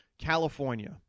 California